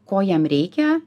ko jam reikia